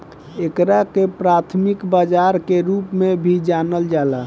एकरा के प्राथमिक बाजार के रूप में भी जानल जाला